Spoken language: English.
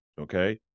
okay